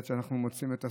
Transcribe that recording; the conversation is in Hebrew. עד שאנחנו מוצאים את השרה,